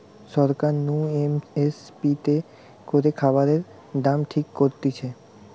সরকার নু M S P তে করে খাবারের দাম ঠিক করতিছে